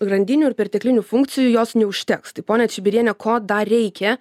grandinių ir perteklinių funkcijų jos neužteks tai ponia čibiriene ko dar reikia